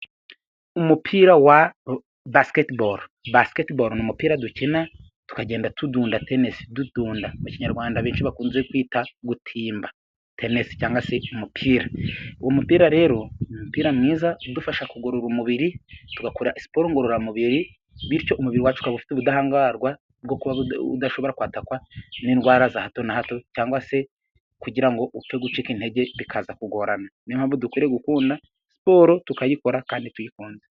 Umupira wa basiketiboro. Basiketiboro ni umupira dukina tugenda tudunda nka tenesi dutunda, abanyarwanda benshi bakunze kwita gutimba tenesi cyangwa se umupira. Rero umupira mwiza udufasha kugorora umubiri tugakora siporo ngororamubiri bityo umubiri wacu ufite ubudahangarwa udashobora kwatakwa nindwara za hato na hato cyangwa se kugira upfe gucika intege bikaza kugorana. Niyo mpamvu dukwiye gukunda siporo tukayikora kandi tuyikunze.